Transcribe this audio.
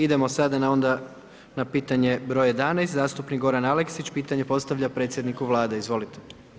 Idemo sada onda na pitanje broj 11. zastupnik Goran Aleksić, pitanje postavlja predsjedniku Vlade, izvolite.